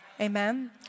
Amen